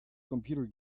computer